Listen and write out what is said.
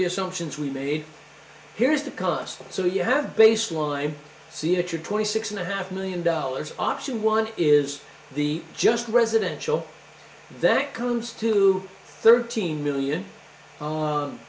the assumptions we made here is the cost so you have baseline see if you're twenty six and a half million dollars option one is the just residential that comes to thirteen million